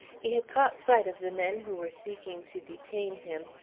he had caught sight of the men who were seeking to detain him,